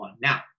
Now